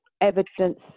evidence